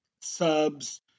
subs